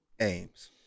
aims